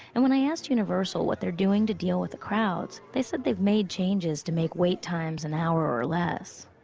and when i asked universal what they're doing to deal with the crowds, they said they've made changes to make wait times an hour or less.